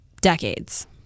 decades